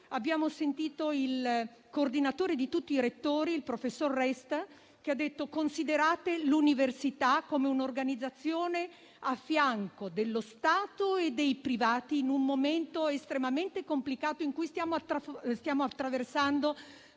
abbiamo sentito il coordinatore di tutti i rettori, il professor Resta, esortare a considerare l'università come un'organizzazione a fianco dello Stato e dei privati, in un momento estremamente complicato, in cui stiamo attraversando